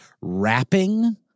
wrapping